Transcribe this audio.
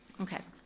okay.